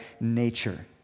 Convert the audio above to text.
nature